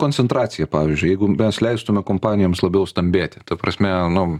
koncentracija pavyzdžiui jeigu mes leistume kompanijoms labiau stambėti ta prasme nu